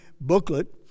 booklet